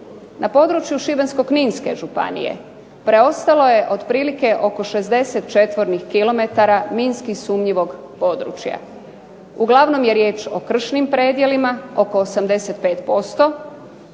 Na području Šibensko-kninske županije preostalo je otprilike oko 60 km2 minski sumnjivog područja. Uglavnom je riječ o kršnim predjelima oko 85%,